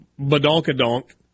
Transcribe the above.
badonka-donk